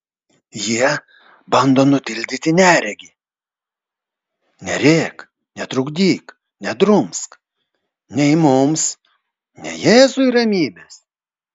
jie bando nutildyti neregį nerėk netrukdyk nedrumsk nei mums nei jėzui ramybės